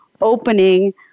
opening